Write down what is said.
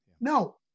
no